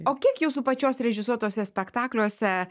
o kiek jūsų pačios režisuotuose spektakliuose